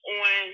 on